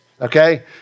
okay